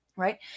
right